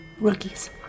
rookies